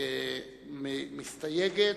כמסתייגת,